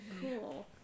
Cool